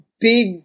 big